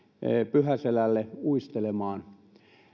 pyhäselälle uistelemaan